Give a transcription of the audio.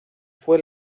fue